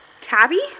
Tabby